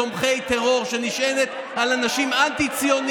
בכלל, להחליט לנו בנושאים